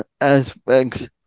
aspects